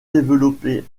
développés